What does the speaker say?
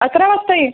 अकरा वाजता ये